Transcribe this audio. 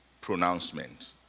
pronouncement